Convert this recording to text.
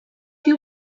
you